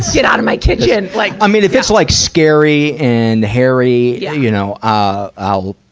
get out of my kitchen! like i mean, if it's like scary and hairy, yeah you know, ah, i'll,